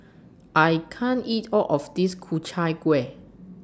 I can't eat All of This Ku Chai Kuih